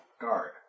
Guard